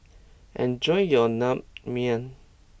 enjoy your Naengmyeon